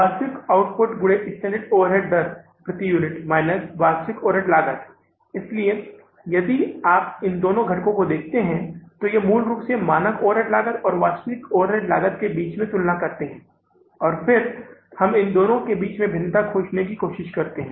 वास्तविक आउटपुट गुणे standard overhead दर प्रति यूनिट माइनस वास्तविक ओवरहेड लागत इसलिए यदि आप इन दो घटकों को देखते हैं तो ये मूल रूप से मानक ओवरहेड लागत और वास्तविक ओवरहेड लागत के बीच तुलना करते है और फिर हम इन दोनों के बीच भिन्नता खोजने की कोशिश करते हैं